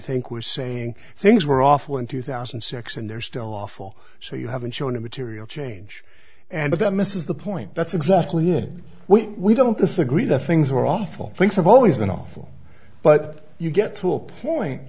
think we're saying things were awful in two thousand and six and they're still awful so you haven't shown a material change and that misses the point that's exactly it we don't disagree that things were awful things have always been awful but you get to a point